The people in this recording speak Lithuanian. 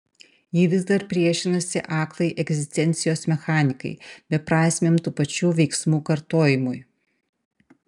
ji vis dar priešinasi aklai egzistencijos mechanikai beprasmiam tų pačių veiksmų kartojimui